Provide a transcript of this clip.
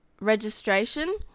registration